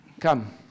Come